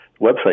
website